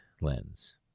lens